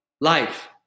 Life